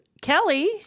Kelly